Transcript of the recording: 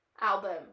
album